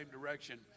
direction